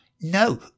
No